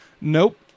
Nope